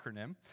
acronym